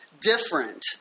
different